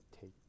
take